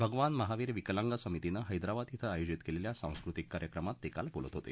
भगवान महावीर विकलांग समितीनं हैदराबाद श्विं आयोजित केलेल्या सांस्कृतिक कार्यक्रमात ते काल बोलत होते